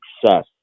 success